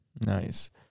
Nice